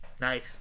nice